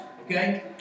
okay